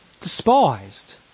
despised